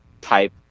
type